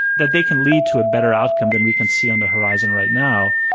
that they can lead to a better outcome than we can see on the horizon right now.